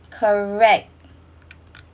correct